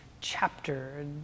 chapter